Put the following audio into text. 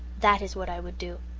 that is what i would do.